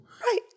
Right